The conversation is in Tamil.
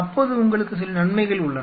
அப்போது உங்களுக்கு சில நன்மைகள் உள்ளன